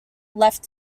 left